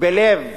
בלב